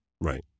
Right